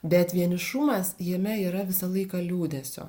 bet vienišumas jame yra visą laiką liūdesio